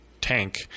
tank